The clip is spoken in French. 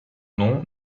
nom